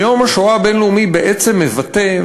שיום השואה הבין-לאומי בעצם מבטא,